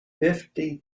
fifty